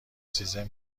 سیزن